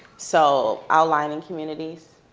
so outlying communities,